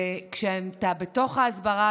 וכשאתה בתוך ההסברה,